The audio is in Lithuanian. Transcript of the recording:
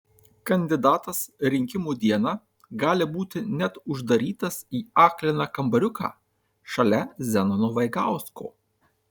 kandidatas rinkimų dieną gali būti net uždarytas į akliną kambariuką šalia zenono vaigausko